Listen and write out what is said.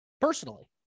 personally